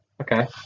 Okay